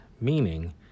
meaning